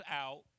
out